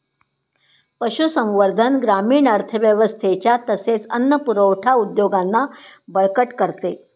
पशुसंवर्धन ग्रामीण अर्थव्यवस्थेच्या तसेच अन्न पुरवठा उद्योगांना बळकट करते